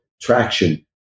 traction